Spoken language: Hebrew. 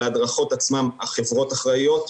על ההדרכות עצמן החברות אחראיות,